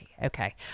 Okay